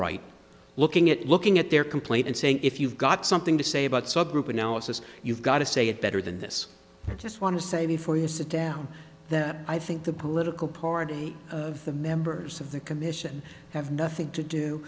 right looking at looking at their complaint and saying if you've got something to say about subgroup analysis you've got to say it better than this i just want to say before you sit down that i think the political party the members of the commission have nothing to do